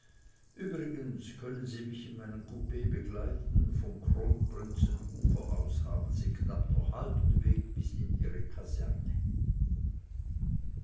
übrigens können sie mich in meinem coup begleiten vom kronprinzenufer aus haben sie knapp noch halben weg bis in ihre kaserne